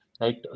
right